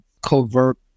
covert